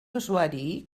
usuari